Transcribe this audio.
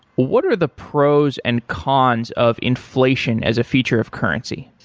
what are the pros and cons of inflation as a feature of currency?